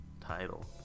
title